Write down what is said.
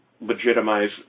legitimize